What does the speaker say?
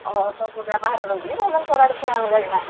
ଓହୋ ତମ ପୁଅ କିରା ବାହାରେ ରହୁଛି ଭୁବନେଶ୍ୱର ଆଡ଼େ ଯାଇକି ନା